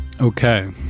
Okay